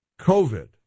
COVID